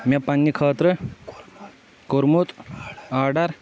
مےٚ پننہِ خٲطرٕ کوٚرمُت آرڈر